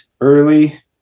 early